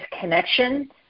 connection